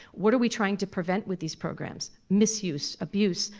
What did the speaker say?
what are we trying to prevent with these programs? misuse, abuse,